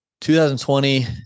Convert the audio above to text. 2020